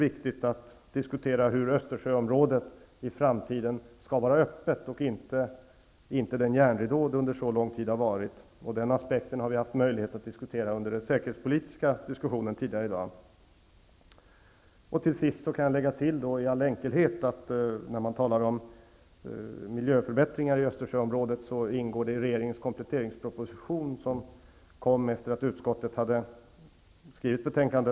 Vi måste även diskutera hur Östersjöområdet i framtiden skall kunna hållas öppet och inte vara bakom den järnridå, som har existerat under så lång tid. Den aspekten har tidigare i dag diskuterats under den säkehetspolitiska debatten. Till sist vill jag i all enkelhet tillägga att frågan om miljöförbättringar i Östersjöområdet ingår i regeringens kompletteringsproposition, som lades fram efter det att utskottet hade avgett detta betänkande.